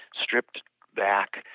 stripped-back